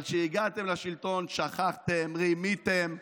אבל כשהגעתם לשלטון שכחתם, רימיתם.